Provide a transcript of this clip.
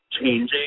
changing